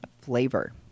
flavor